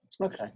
Okay